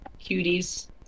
cuties